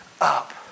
up